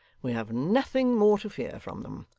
we have nothing more to fear from them.